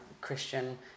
Christian